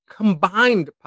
combined